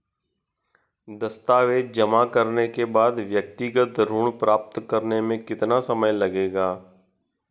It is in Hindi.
दस्तावेज़ जमा करने के बाद व्यक्तिगत ऋण प्राप्त करने में कितना समय लगेगा?